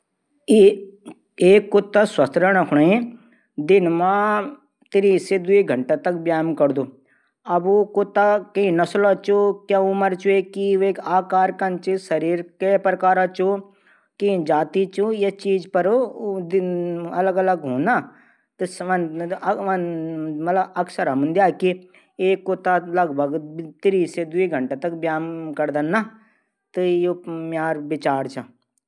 एक कुता स्वस्थ रैंणू कू दिन मां तीस से दुई घंटा तक व्यायाम करदू। अब ऊ कुता किं नस्लो च क्या उमर चा वेकी। वेकू आकार क्या चा कन शरीर चा कै प्रकारो चु किं जाती चू ईं बात पर निर्भर करदू। वन हमन देखी कि एक कुता थै तीस सी दुई घंटा चैंदू करसत कू।